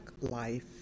Life